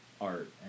art